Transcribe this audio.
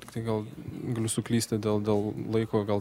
tiktai gal galiu suklysti dėl dėl laiko gal